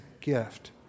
gift